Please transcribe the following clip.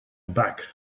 back